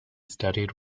studied